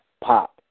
pop